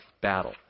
battle